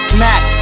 Smack